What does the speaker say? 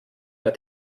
der